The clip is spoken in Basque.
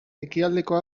ekialdeko